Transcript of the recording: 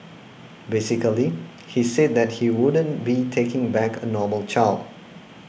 basically he said that he wouldn't be taking back a normal child